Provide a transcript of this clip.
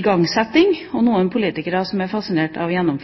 igangsetting, og noen politikere som